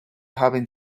having